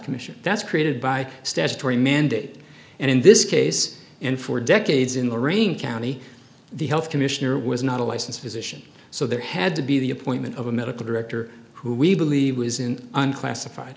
commission that's created by statutory mandate and in this case and for decades in the marine county the health commissioner was not a licensed physician so there had to be the appointment of a medical director who we believe was in unclassified